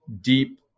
deep